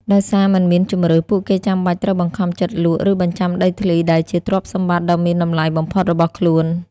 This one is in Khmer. ដោយសារមិនមានជម្រើស ពួកគេចាំបាច់ត្រូវបង្ខំចិត្តលក់ ឬបញ្ចាំដីធ្លីដែលជាទ្រព្យសម្បត្តិដ៏មានតម្លៃបំផុតរបស់ខ្លួន។